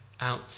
out